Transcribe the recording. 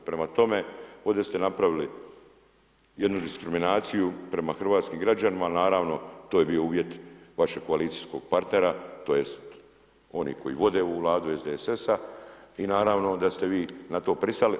Prema tome, ovdje ste napravili jednu diskriminaciju prema hrvatskim građanima, ali naravno to je bio uvjet vašeg koalicijskog partnera tj. oni koji vode ovu vladu SDSS-a i naravno da ste vi na to pristali.